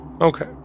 okay